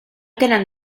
tenen